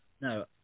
no